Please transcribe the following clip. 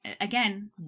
again